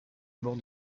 mort